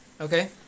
Okay